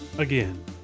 Again